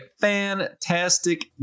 fantastic